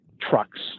trucks